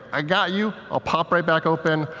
i got you. i'll pop right back open,